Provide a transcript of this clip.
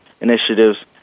Initiatives